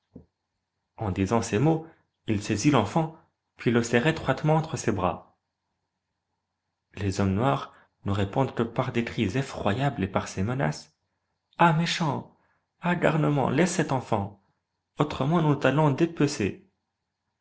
en disant ces mots il saisit l'enfant puis le serre étroitement entre ses bras les hommes noirs ne répondent que par des cris effroyables et par ces menaces ah méchant ah garnement laisse cet enfant autrement nous